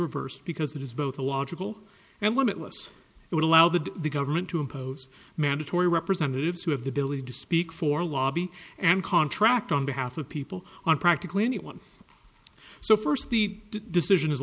reversed because it is both a logical and limitless it would allow the government to impose mandatory representatives who have the ability to speak for lobby and contract on behalf of people on practically anyone so first the decision is